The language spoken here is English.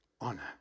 Honor